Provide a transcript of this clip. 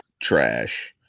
Trash